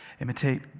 Imitate